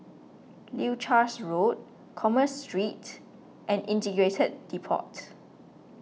Leuchars Road Commerce Street and Integrated Depot